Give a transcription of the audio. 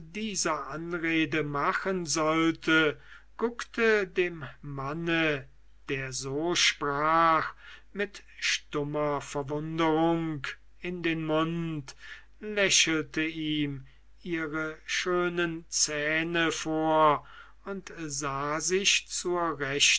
dieser anrede machen sollte guckte dem mann der so sprach mit stummer verwunderung in den mund lächelte ihm ihre schönen zähne vor und sah sich zur